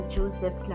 Joseph